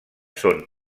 són